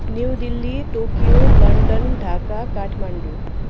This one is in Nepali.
new Delhi Tokyo London Dhaka Kathmandu